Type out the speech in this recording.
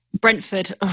Brentford